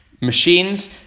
Machines